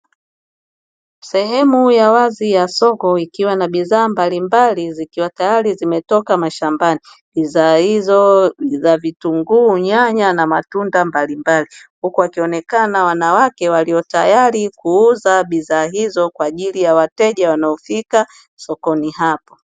Sehemu ya wazi ya soko ikiwa na bidhaa mbalimbali zikiwa tayari zimetoka mashambani bidhaa hizo za vitunguu, nyanya na matunda mbalimbali huku wakionekana wanawake waliyotayari kuuza bidhaa hizo kwa ajili ya wateja wanaofika sokoni hapo.